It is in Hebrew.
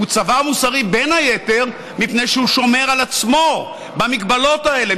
הוא צבא מוסרי בין היתר מפני שהוא שומר על עצמו במגבלות האלה,